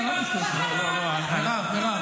הולכים בקרבות --- אתה יודע מה ההבדל ביני ובינך?